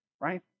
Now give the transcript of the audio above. right